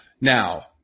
Now